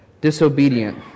disobedient